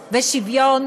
ושוויון,